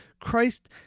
Christ